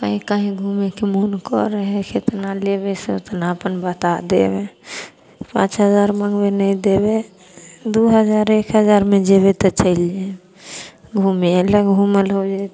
कहीँ कहीँ घुमैके मोन करै हइ कतना लेबै से ओतना अपन बता देबै पाँच हजार मँगबै नहि देबै दुइ हजार एक हजारमे जेबै तऽ चलि जाएब घुमैलए घूमल हो जएतै